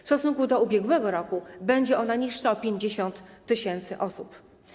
W stosunku do ubiegłego roku będzie ona niższa o 50 tys. osób.